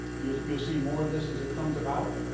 you'll you'll see more of this as it comes about.